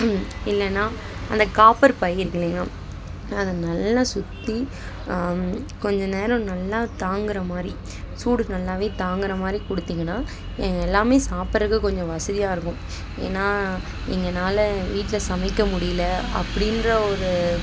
இல்லைன்னா அந்த காப்பர் பையி இருக்குது இல்லைங்களா அதை நல்லா சுற்றி கொஞ்ச நேரம் நல்லா தாங்கிற மாதிரி சூடு நல்லாவே தாங்குகிற மாதிரி கொடுத்திங்கன்னா எங்கள் எல்லாமே சாப்புடுறதுக்கு கொஞ்சம் வசதியாக இருக்கும் ஏன்னா எங்கனால வீட்டில் சமைக்க முடியல அப்படின்ற ஒரு